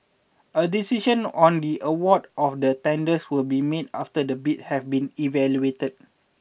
a decision on the award of the tenders will be made after the bids have been evaluated